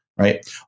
Right